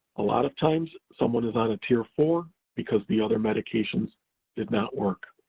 a lot of times, someone is on a tier four because the other medications did not work.